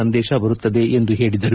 ಸಂದೇಶ ಬರುತ್ತದೆ ಎಂದು ಹೇಳಿದರು